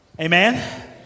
Amen